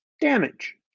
damage